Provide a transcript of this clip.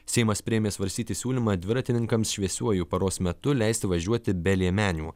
seimas priėmė svarstyti siūlymą dviratininkams šviesiuoju paros metu leisti važiuoti be liemenių